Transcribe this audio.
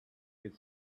could